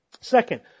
Second